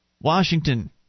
Washington